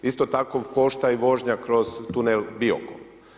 Isto tako košta i vožnja kroz tunel Biokovo.